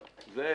לא.